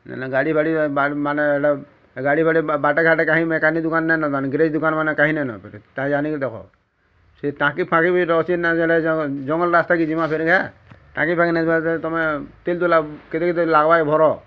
ଏଇନେ ଗାଡ଼ି ବାଡ଼ି ମାନେ ଏଇଟା ଗାଡ଼ି ବାଡ଼ି ବାଟେ ଘାଟେ କାହିଁ ମେକାନିକ୍ ଦୁକାନ୍ ନାଇନ ଦୁକାନ କାହିଁ ନାଇନ ଫେରେ ତାହା ଜାଣିକି ଦେଖ ସେ ଟାଙ୍କି ପାଣି ବି ଅଛି ନା ଜଙ୍ଗଲ୍ ରାସ୍ତାକେ ଯିବା ଫେରେ ଯାହା ଟାଙ୍କି ପାଣି ନେଇଥିବା ଦ୍ୱାରା ତମେ ତିଲ୍ ତୁଲା କେତେ କେତେ ଲାଗ୍ବାଏ ଭର